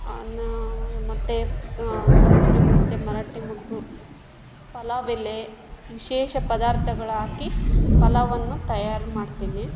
ಅನಾ ಮತ್ತು ಕಸ್ತೂರಿ ಮೆಂತೆ ಮರಾಠಿ ಮೊಗ್ಗು ಪಲಾವ್ ಎಲೆ ವಿಶೇಷ ಪದಾರ್ಥಗಳು ಹಾಕಿ ಪಲಾವನ್ನು ತಯಾರಿ ಮಾಡ್ತೀನಿ